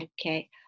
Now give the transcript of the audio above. okay